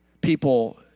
People